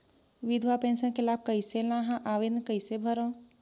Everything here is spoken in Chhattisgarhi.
विधवा पेंशन के लाभ कइसे लहां? आवेदन कइसे करव?